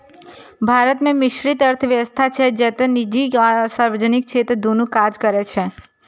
भारत मे मिश्रित अर्थव्यवस्था छै, जतय निजी आ सार्वजनिक क्षेत्र दुनू काज करै छै